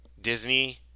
Disney